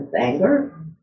anger